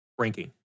ranking